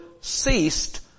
ceased